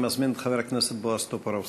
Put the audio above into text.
אני מזמין את חבר הכנסת בועז טופורובסקי.